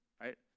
right